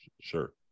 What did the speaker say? sure